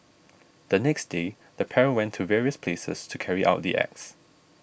the next day the pair went to various places to carry out the acts